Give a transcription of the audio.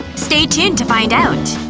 stay tuned to find out!